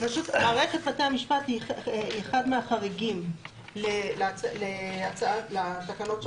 פשוט "מערכת בתי המשפט" היא אחד מהחריגים לתקנות שעת חירום.